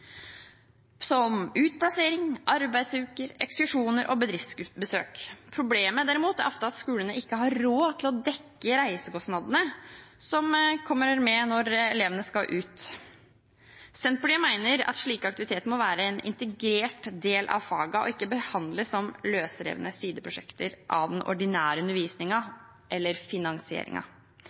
som utplassering, arbeidsuker, ekskursjoner og bedriftsbesøk. Problemet er imidlertid at skolene ofte ikke har råd til å dekke reisekostnadene når elevene skal reise ut. Senterpartiet mener at slike aktiviteter må være en integrert del av fagene og ikke behandles som løsrevne sideprosjekter til den ordinære undervisningen eller